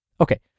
Okay